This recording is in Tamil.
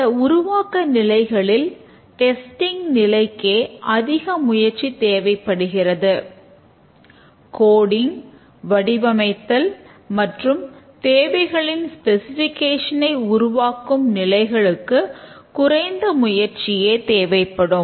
இந்த உருவாக்க நிலைகளில் டெஸ்டிங் உருவாக்கும் நிலைகளுக்கு குறைந்த முயற்சியே தேவைப்படும்